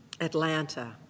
Atlanta